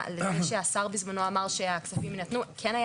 אם יורשה לי כיושב-ראש הפורום שהיה אצלכם